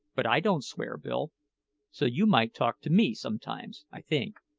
but i don't swear, bill so you might talk to me sometimes, i think.